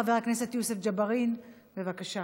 חבר הכנסת יוסף ג'בארין, בבקשה.